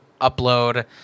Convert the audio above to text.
upload